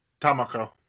Tamako